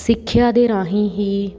ਸਿੱਖਿਆ ਦੇ ਰਾਹੀਂ ਹੀ